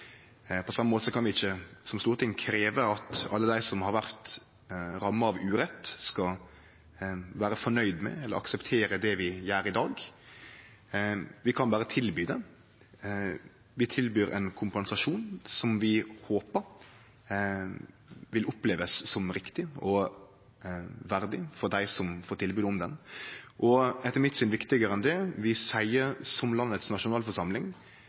På same måten kan vi ikkje som storting krevje at alle dei som har vore ramma av urett, skal vere fornøgde med eller akseptere det vi gjer i dag – vi kan berre tilby det. Vi tilbyr ein kompensasjon som vi håpar dei opplever som riktig og verdig for dei som får tilbodet om ein. Og viktigare enn det er, etter mitt syn, at vi som landets nasjonalforsamling